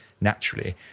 naturally